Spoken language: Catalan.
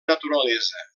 naturalesa